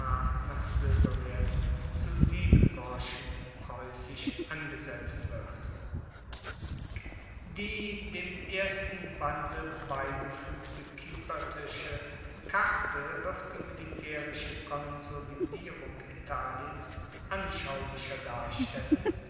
nach silberwert zu groschen preussisch angesetzt wird die dem ersten bande beigefuegte kiepertsche karte wird die militaerische konsolidierung italiens anschaulicher darstellen